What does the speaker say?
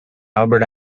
albert